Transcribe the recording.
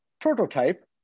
prototype